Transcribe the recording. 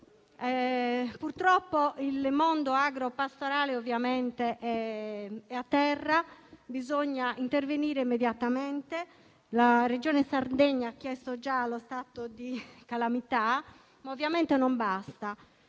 Purtroppo il mondo agropastorale è a terra e bisogna intervenire immediatamente. La Regione Sardegna ha chiesto già lo stato di calamità, ma ovviamente non basta: